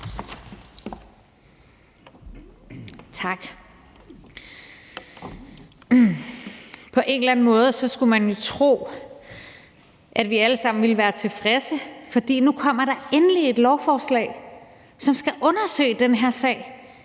På en eller anden måde skulle man tro, at vi alle sammen ville være tilfredse, for nu kommer der endelig et lovforslag om at undersøge den her sag,